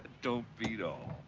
don't beat all.